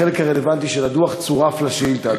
החלק הרלוונטי של הדוח צורף לשאילתה,